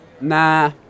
Nah